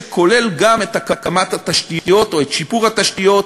שכולל גם את הקמת התשתיות או את שיפור התשתיות,